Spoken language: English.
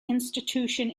institution